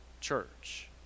church